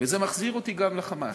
וזה מחזיר אותי גם ל"חמאס".